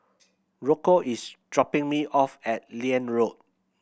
Rocco is dropping me off at Liane Road